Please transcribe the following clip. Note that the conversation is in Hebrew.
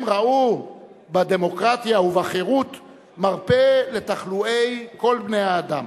הם ראו בדמוקרטיה ובחירות מרפא לתחלואי כל בני-האדם.